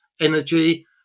energy